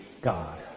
God